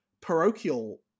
parochial